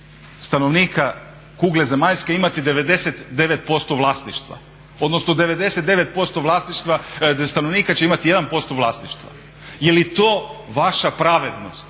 stanovnika kugle zemaljske imati 99% vlasništva odnosno 99% stanovnika će imati 1% vlasništva. Jeli to vaša pravednost?